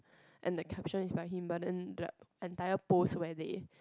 and that caption is by him but then the entire post where they